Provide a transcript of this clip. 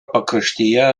pakraštyje